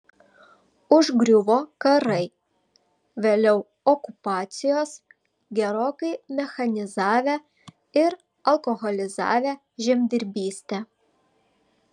užgriuvo karai vėliau okupacijos gerokai mechanizavę ir alkoholizavę žemdirbystę